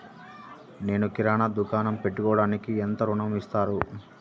నేను కిరాణా దుకాణం పెట్టుకోడానికి ఎంత ఋణం ఇస్తారు?